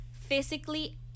physically